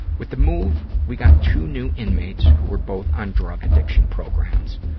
with the move, we got two new inmates who were both on drug addiction programs.